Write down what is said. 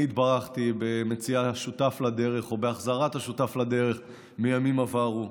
אני התברכתי בשותף לדרך או בהחזרת השותף לדרך מימים עברו,